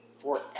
Forever